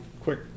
quick